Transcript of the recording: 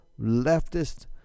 leftist